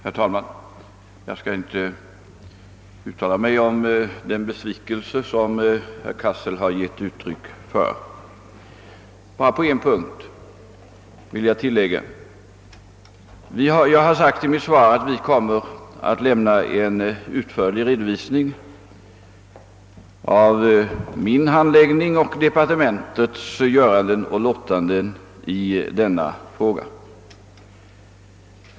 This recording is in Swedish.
Herr talman! Jag skall inte uttala mig om den besvikelse som herr Cassel här givit uttryck för. Jag vill bara på en punkt göra ett tillägg. Jag har i mitt svar sagt att vi kommer att lämna en utförlig redovisning av min handläggning och av departementets göranden och låtanden i denna fråga.